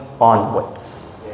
onwards